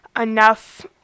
enough